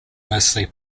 mostly